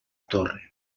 torre